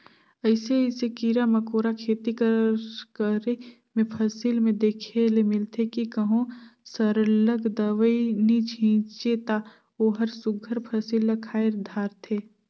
अइसे अइसे कीरा मकोरा खेती कर करे में फसिल में देखे ले मिलथे कि कहों सरलग दवई नी छींचे ता ओहर सुग्घर फसिल ल खाए धारथे